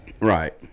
right